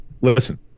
listen